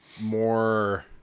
more